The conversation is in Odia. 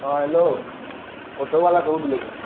ହଁ ହ୍ୟାଲୋ ଅଟୋବାଲା କହୁଥିଲେ କେଁ